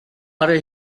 are